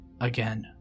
again